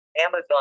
Amazon